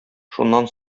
шуннан